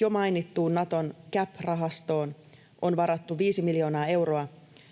Jo mainittuun Naton CAP-rahastoon on varattu 5 miljoonaa euroa,